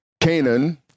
Canaan